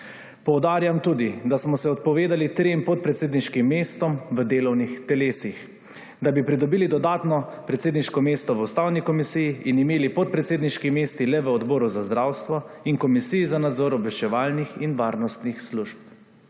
Poudarjam tudi, da smo se odpovedali trem podpredsedniškim mestom v delovnih telesih, da bi pridobili dodatno predsedniško mesto v Ustavni komisiji in imeli podpredsedniški mesti le v Odboru za zdravstvo in Komisiji za nadzor obveščevalnih in varnostnih služb.